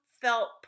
felt